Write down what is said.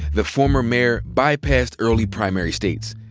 the former mayor bypassed early primary states,